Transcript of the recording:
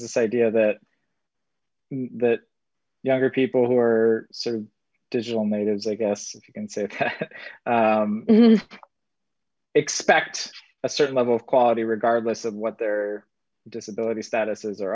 this idea that younger people who are sort of digital natives i guess if you can say that expect a certain level of quality regardless of what their disability status is or